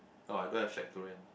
oh I don't have shack to rent